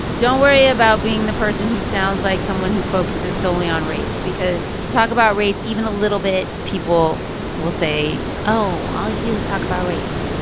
don't worry about being the person who sounds like someone who focuses solely on race because if you talk about race even a little bit, people will say, oh, all you do is talk about race.